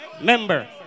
Member